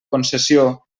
concessió